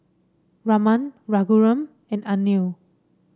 Raman Raghuram and Anil